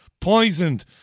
poisoned